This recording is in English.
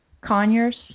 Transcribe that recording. Conyers